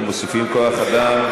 הן מוסיפות כוח אדם.